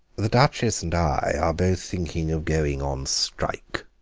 the duchess and i are both thinking of going on strike,